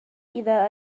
إذا